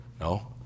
No